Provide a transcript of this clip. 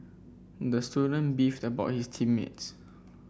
the student beefed about his team mates